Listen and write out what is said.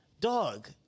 Dog